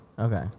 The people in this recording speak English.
Okay